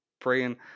praying